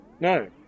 No